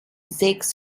sechs